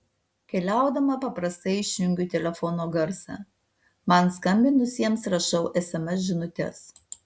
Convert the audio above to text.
keliaudama paprastai išjungiu telefono garsą man skambinusiems rašau sms žinutes